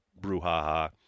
brouhaha